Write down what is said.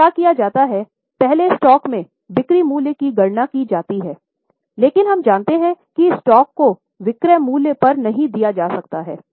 तो क्या किया जाता है पहले स्टॉक की बिक्री मूल्य की गणना की जाती है लेकिन हम जानते हैं कि स्टॉक को विक्रय मूल्य पर नहीं दिखाया जा सकता है